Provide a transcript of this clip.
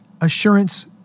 assurance